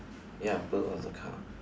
ya boot of the car